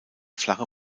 flache